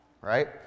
right